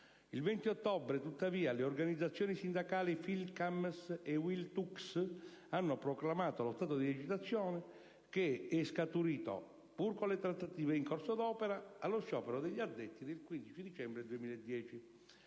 Il 20 ottobre, tuttavia, le organizzazioni sindacali FILCAMS e UILTUCS hanno proclamato lo stato di agitazione che è sfociato, pur con le trattative in corso d'opera, nello sciopero degli addetti del 5 dicembre 2010.